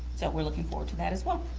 so we're looking forward to that as well.